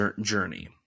journey